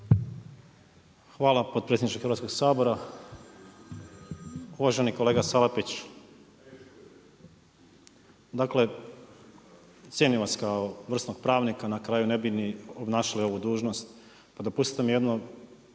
Hvala potpredsjedniče Hrvatskoga sabora. Uvaženi kolega Salapić, dakle cijenim vas kao vrsnog pravnika, na kraju ne bi ni obnašali ovu dužnost, pa dopustite mi jedno,